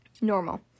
normal